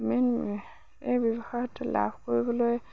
main এই ব্যৱসায়ত লাভ কৰিবলৈ